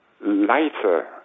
lighter